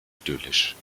idyllisch